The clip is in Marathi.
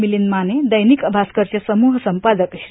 मिलिंद माने दैनिक भास्करचे समूह संपादक श्री